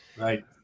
Right